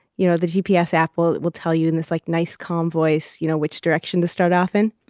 you know the gps app will will tell you in this like nice calm voice, you know which direction to start off in?